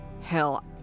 Hell